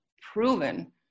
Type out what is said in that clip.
proven